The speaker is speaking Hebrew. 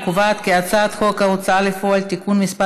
להעביר את הצעת חוק ההוצאה לפועל (תיקון מס'